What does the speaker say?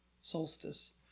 solstice